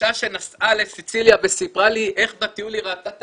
אישה שנסעה לסיציליה וסיפרה לי איך בטיול היא ראתה את